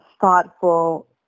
thoughtful